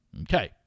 Okay